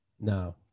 No